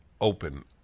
open